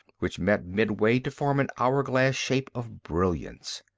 which met midway to form an hour-glass shape of brilliance.